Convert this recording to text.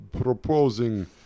proposing